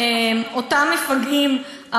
אותם מפגעים,